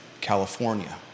California